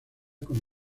con